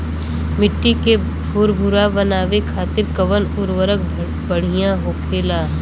मिट्टी के भूरभूरा बनावे खातिर कवन उर्वरक भड़िया होखेला?